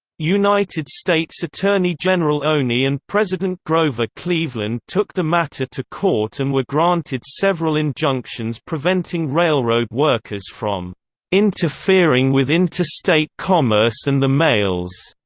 united states attorney general olney and president grover cleveland took the matter to court and were granted several injunctions preventing railroad workers from interfering with interstate commerce and the mails.